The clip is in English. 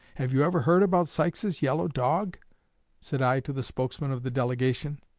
have you ever heard about sykes's yellow dog said i to the spokesman of the delegation.